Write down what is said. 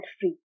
free